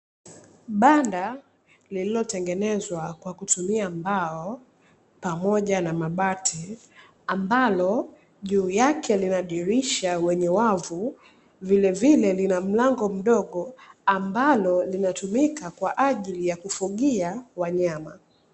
Banda lililotengenezwa kwa kutumia mbao pamoja na mabati ambalo juu yake linadirisha wenye wavu, vilevile lina mlango mdogo ambalo linatumika kwa ajili ya kufugia wanyama.